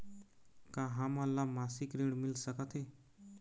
का हमन ला मासिक ऋण मिल सकथे?